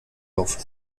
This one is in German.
auf